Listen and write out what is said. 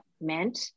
meant